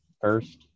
first